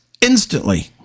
instantly